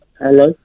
Hello